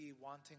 wanting